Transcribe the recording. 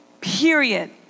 period